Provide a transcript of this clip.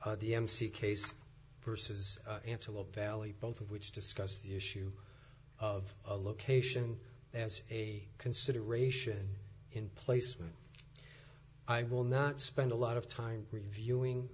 the mc case versus antelope valley both of which discuss the issue of location as a consideration in placement i will not spend a lot of time reviewing